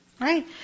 Right